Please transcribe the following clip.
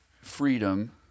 freedom